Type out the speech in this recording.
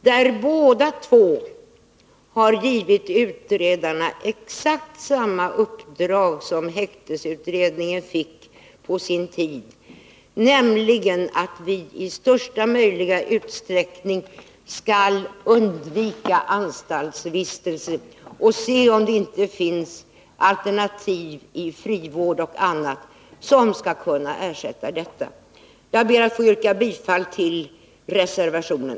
Dessa direktiv har givit utredarna exakt samma uppdrag som häktesutredningen fick på sin tid, nämligen att utreda hur vi i största möjliga utsträckning skall kunna undvika anstaltsvistelse och vilka alternativ inom bl.a. frivården som kan ersätta sådan vistelse. Jag ber att få yrka bifall till reservationen.